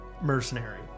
mercenary